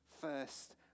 first